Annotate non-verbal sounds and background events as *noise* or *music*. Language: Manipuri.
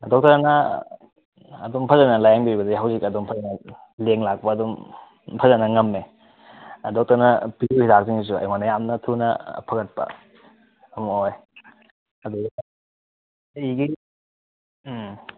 ꯑꯗꯨꯝ ꯐꯖꯅ ꯑꯗꯨꯝ ꯐꯖꯅ ꯂꯥꯏꯌꯦꯡꯕꯤꯕꯗꯒꯤ ꯍꯧꯖꯤꯛ ꯑꯗꯨꯝ ꯐꯖꯅ ꯂꯦꯡ ꯂꯥꯛꯄ ꯑꯗꯨꯝ ꯐꯖꯅ ꯉꯝꯃꯦ ꯑꯗꯣ ꯀꯩꯅꯣ ꯄꯤꯔꯤꯕ ꯍꯤꯗꯥꯛꯁꯤꯡꯗꯨꯁꯨ ꯑꯩꯉꯣꯟꯗ ꯌꯥꯝꯅ ꯊꯨꯅ ꯐꯒꯠꯄ ꯑꯣꯏ *unintelligible* ꯎꯝ